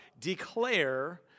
Declare